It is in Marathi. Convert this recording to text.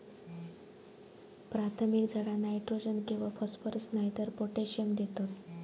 प्राथमिक झाडा नायट्रोजन किंवा फॉस्फरस नायतर पोटॅशियम देतत